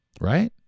right